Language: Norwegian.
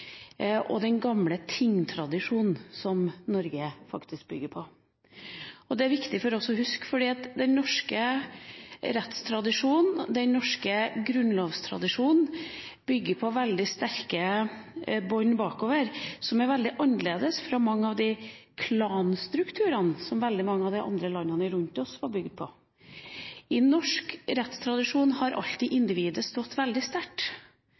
og den gamle tingtradisjonen i Norge. Det er det viktig for oss å huske, for den norske rettstradisjonen, den norske grunnlovstradisjonen, bygger på veldig sterke bånd bakover, og som er veldig forskjellig fra mange av de klanstrukturene som mange av de andre landene rundt oss var bygd på. I norsk rettstradisjon har alltid individet stått veldig sterkt.